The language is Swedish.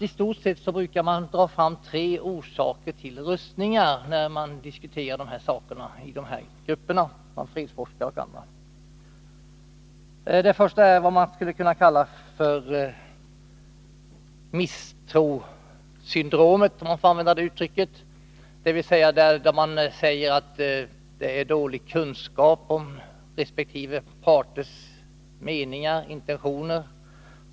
I stort sett brukar man dra fram tre orsaker till rustningar när man diskuterar dessa frågor bland fredsforskare och i andra grupper. Den första är vad som skulle kunna kallas för misstrossyndromet — låt mig använda det uttrycket. Man säger att man har dålig kunskap om resp. parters intentioner.